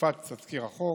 הופץ תזכיר החוק.